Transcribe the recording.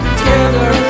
Together